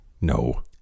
no